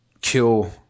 Kill